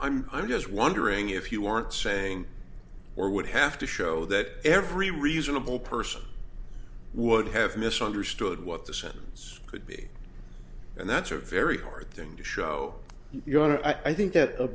i'm i'm just wondering if you aren't saying or would have to show that every reasonable person would have misunderstood what the sentence could be and that's a very hard thing to show your honor i think that